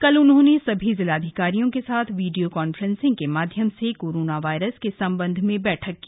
कल उन्होंने सभी जिलाधिकारियों के साथ वीडियो कॉन्फ्रेंसिंग के माध्यम से कोरोना वायरस के सम्बन्ध में बैठक की